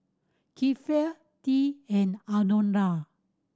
Kiefer Tea and Alondra